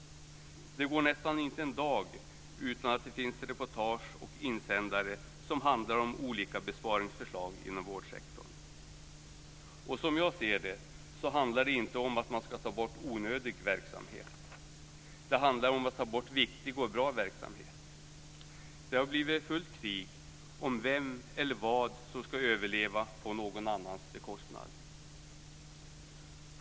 Det går nästan inte en dag utan att det finns reportage och insändare som handlar om olika besparingsförslag inom vårdsektorn. Som jag ser det handlar det inte om att man ska ta bort onödig verksamhet. Det handlar om att ta bort viktig och bra verksamhet. Det har blivit fullt krig om vem eller vad som ska överleva på någon annans bekostnad.